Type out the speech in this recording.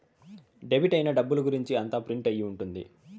debit అయిన డబ్బుల గురుంచి అంతా ప్రింట్ అయి ఉంటది